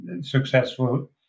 successful